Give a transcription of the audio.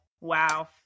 Wow